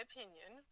opinion